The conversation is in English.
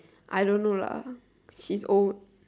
I don't know lah she's old